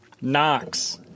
Knox